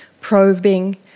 probing